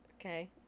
Okay